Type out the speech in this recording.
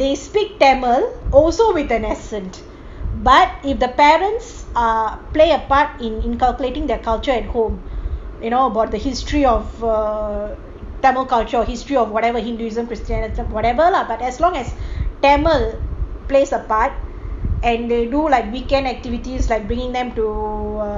they speak tamil also with an accent but if the parents ah play a part in incalculating their culture and home you know about the history of ugh tamil cultural history of whatever hinduism christianity whatever lah but as long as tamil plays a part and they do like weekend activities like bringing them to a